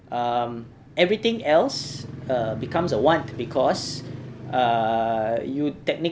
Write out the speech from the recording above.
um everything else err becomes a want because err you technically